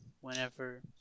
whenever